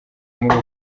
muri